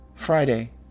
Friday